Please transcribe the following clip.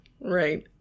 right